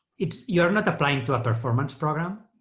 it's you're not applying to a performance program,